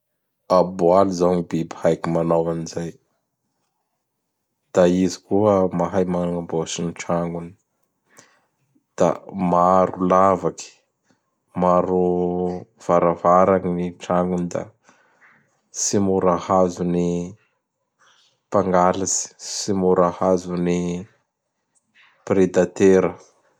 Aboaly zao gn biby haiko manao an'izay. Da izy koa mahay magnamboatsy gn tranony. Da maro lavaky, maro varavara gn ny tragnony da tsy mora hazon'ny mpangalatsy, tsy mora hazon'ny predatera.